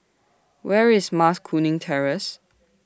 Where IS Mas Kuning Terrace